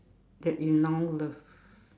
that you now love